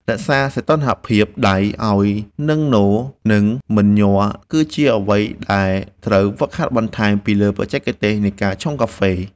រក្សាសុីតុណ្ហភាពដៃឱ្យនឹងនរ និងមិនញ័រ គឺជាអ្វីដែលអ្នកត្រូវហ្វឹកហាត់បន្ថែមពីលើបច្ចេកទេសនៃការឆុងកាហ្វេ។